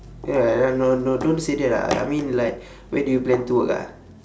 ya no no no don't say that ah I mean like where do you plan to work ah